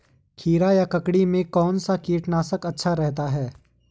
खीरा या ककड़ी में कौन सा कीटनाशक अच्छा रहता है?